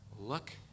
look